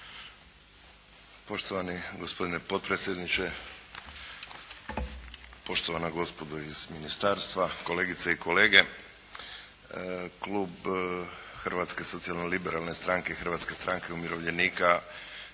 Poštovani gospodine potpredsjedniče, poštovana gospodo iz ministarstva, kolegice i kolege. Klub Hrvatske socijalno-liberalne stranke i Hrvatske stranke umirovljenika